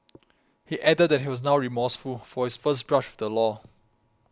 he added that he was now remorseful for his first brush with the law